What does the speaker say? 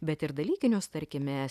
bet ir dalykinius tarkime